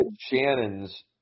Shannon's